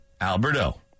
Alberto